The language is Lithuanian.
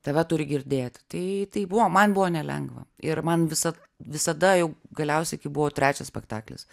tave turi girdėti tai tai buvo man buvo nelengva ir man visa visada jau galiausiai kai buvo trečias spektaklis